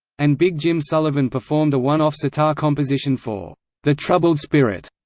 and big jim sullivan performed a one-off sitar composition for the troubled spirit.